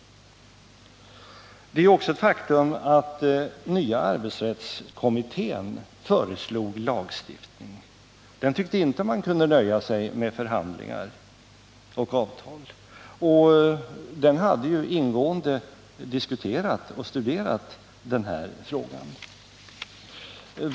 Det är också ett faktum att den nya arbetsrättskommittén föreslog lagstiftning. Den tycker inte att man kan nöja sig med förhandlingar och avtal. Den har ingående studerat och diskuterat denna fråga.